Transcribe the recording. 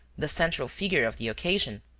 the central figure of the occasion.